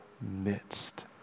midst